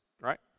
right